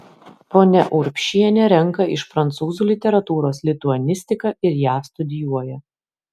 ponia urbšienė renka iš prancūzų literatūros lituanistiką ir ją studijuoja